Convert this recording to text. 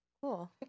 Cool